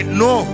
no